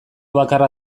bakarra